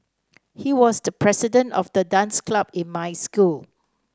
he was the president of the dance club in my school